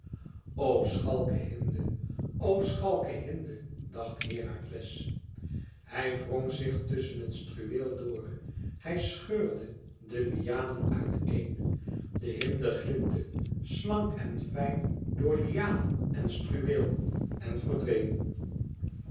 o schalke hinde o schalke hinde dacht herakles hij wrong zich tusschen het struweel door hij scheurde de lianen uit een de hinde glipte slank en fijn door lianen en struweel en verdween